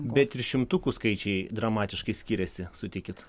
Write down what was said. bet ir šimtukų skaičiai dramatiškai skiriasi sutikit